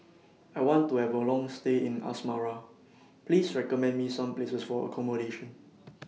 I want to Have A Long stay in Asmara Please recommend Me Some Places For accommodation